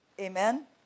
AMEN